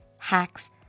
Hacks